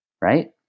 right